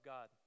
God